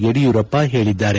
ಯಡಿಯೂರಪ್ಪ ಹೇಳಿದ್ದಾರೆ